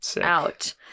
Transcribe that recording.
out